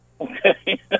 Okay